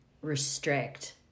restrict